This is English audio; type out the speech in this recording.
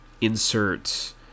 insert